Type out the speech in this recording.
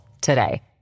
today